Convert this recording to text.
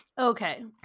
Okay